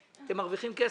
אתם מרוויחים כסף,